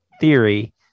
theory